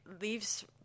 leaves